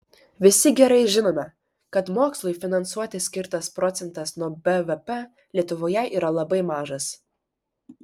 visi gerai žinome kad mokslui finansuoti skirtas procentas nuo bvp lietuvoje yra labai mažas